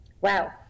wow